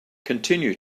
continue